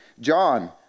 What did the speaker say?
John